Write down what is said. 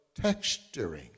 texturing